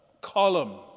column